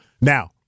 Now